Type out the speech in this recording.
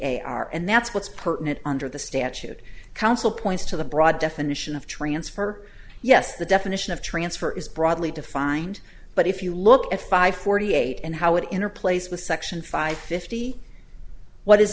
are and that's what's pertinent under the statute counsel points to the broad definition of transfer yes the definition of transfer is broadly defined but if you look at five forty eight and how it in a place with section five fifty what is